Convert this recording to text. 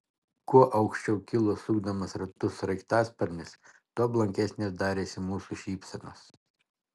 kuo aukščiau kilo sukdamas ratus sraigtasparnis tuo blankesnės darėsi mūsų šypsenos